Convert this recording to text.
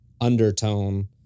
undertone